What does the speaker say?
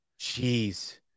Jeez